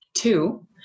Two